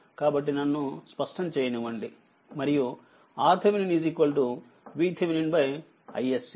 కాబట్టి నన్ను స్పష్టం చేయనివ్వండి మరియు RThevenin VTheveninisc 4